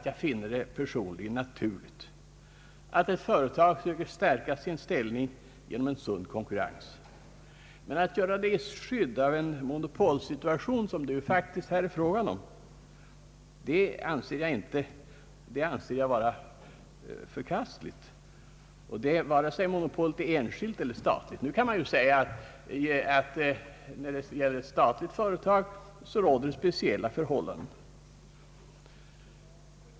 Jag finner det personligen naturligt att ett företag söker stärka sin ställning genom en sund konkurrens. Att göra det i skydd av en monopolsituation, som det nu faktiskt här är fråga om, anser jag vara förkastligt, och det cavsett om monopolet är enskilt eller statligt. Nu kan man ju säga att i fråga om ett statligt företag råder det speciella förhållanden.